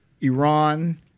iran